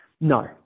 no